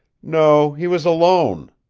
no, he was alone.